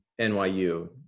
NYU